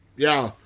yeah,